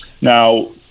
Now